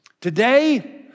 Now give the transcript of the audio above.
today